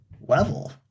level